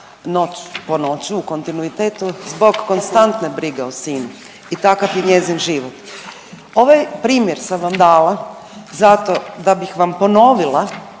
noću, po noću u kontinuitetu zbog konstantne brige o sinu i takav je njezin život. Ovaj primjer sam vam dala zato da bih vam ponovila